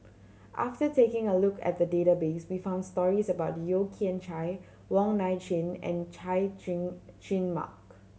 after taking a look at the database we found stories about Yeo Kian Chai Wong Nai Chin and Chay Jung Jun Mark